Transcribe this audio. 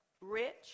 rich